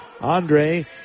Andre